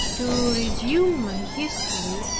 to resume my history,